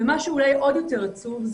מה שאולי עוד יותר עצוב,